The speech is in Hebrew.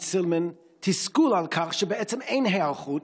סילמן תסכול על כך שבעצם אין היערכות,